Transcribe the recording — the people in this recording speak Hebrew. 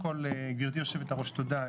גברתי יושבת הראש, תודה.